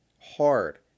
hard